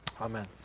Amen